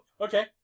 okay